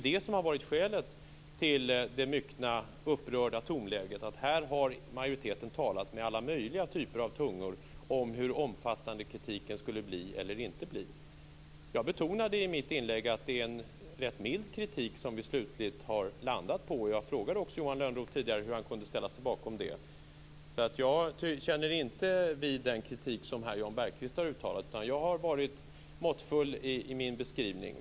Det som har varit skälet till det mycket upprörda tonläget är att här har majoriteten talat med alla möjliga typer av tungor om hur omfattande kritiken skulle bli eller inte bli. Jag betonade i mitt inlägg att det är en rätt mild kritik som vi slutligt har landat på. Jag frågade också Johan Lönnroth tidigare hur han kunde ställa sig bakom den. Jag känns inte vid den kritik som Jan Bergqvist har uttalat, utan jag har varit måttfull i min beskrivning.